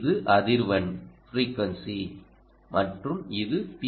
இது அதிர்வெண் மற்றும் இது பி